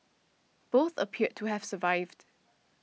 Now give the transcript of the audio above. both appeared to have survived